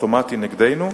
האוטומטי נגדנו,